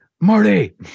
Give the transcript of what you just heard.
Marty